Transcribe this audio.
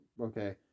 okay